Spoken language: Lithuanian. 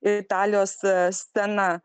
italijos scena